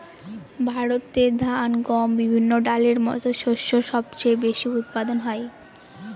ভারতে ধান, গম, বিভিন্ন ডালের মত শস্য সবচেয়ে বেশি উৎপাদন হয়